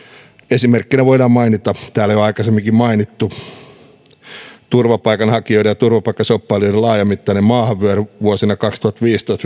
esimerkkinä voidaan mainita täällä jo aikaisemminkin mainittu turvapaikanhakijoiden ja turvapaikkashoppailijoiden laajamittainen maahanvyöry vuosina kaksituhattaviisitoista